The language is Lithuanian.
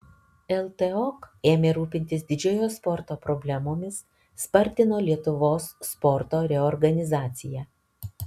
ltok ėmė rūpintis didžiojo sporto problemomis spartino lietuvos sporto reorganizaciją